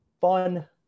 fun